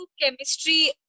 chemistry